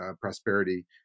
prosperity